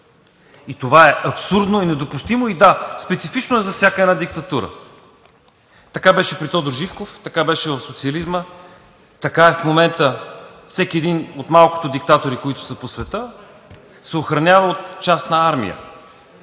и това е абсурдно и недопустимо, и да – специфично е за всяка една диктатура. Така беше при Тодор Живков, така беше при социализма, така е в момента. Всеки един от малкото диктатори, които са по света, се охранява от частна армия